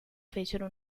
fecero